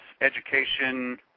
education